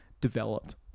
developed